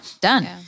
done